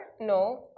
No